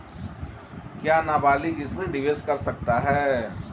क्या नाबालिग इसमें निवेश कर सकता है?